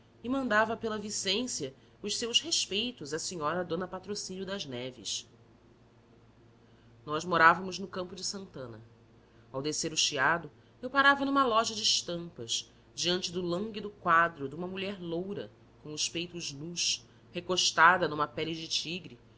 e mandava pela vicência os seus respeitos à senhora d patrocínio das neves nós morávamos no campo de santana ao descer o chiado eu parava numa loja de estampas diante do lânguido de uma mulher loura com peitos nus recostada numa pele de tigre